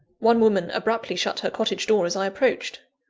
one woman abruptly shut her cottage door as i approached.